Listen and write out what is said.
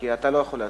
כי אתה לא יכול להציע,